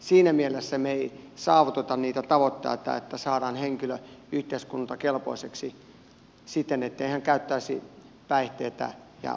siinä mielessä me emme saavuta niitä tavoitteita että saadaan henkilö yhteiskuntakelpoiseksi siten ettei hän käyttäisi päihteitä ja osallistuisi rikoksiin